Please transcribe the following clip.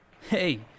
Hey